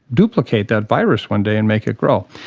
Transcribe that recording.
duplicate that virus one day and make it grow.